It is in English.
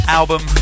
album